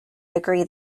agree